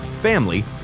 family